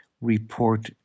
report